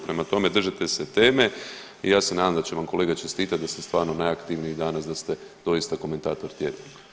Prema tome, držite se teme i ja se nadam da će vam kolege čestitat da ste stvarno najaktivniji danas, da ste doista komentator tjedna.